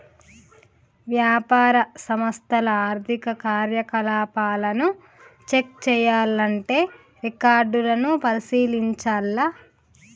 వ్యాపార సంస్థల ఆర్థిక కార్యకలాపాలను చెక్ చేయాల్లంటే రికార్డులను పరిశీలించాల్ల